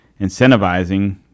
incentivizing